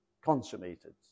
consummated